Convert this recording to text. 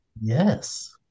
Yes